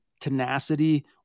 tenacity